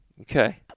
Okay